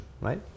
right